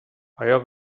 آیا